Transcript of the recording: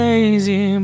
Lazy